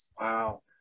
Wow